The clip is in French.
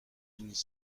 denis